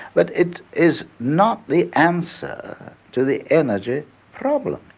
but it is not the answer to the energy problem.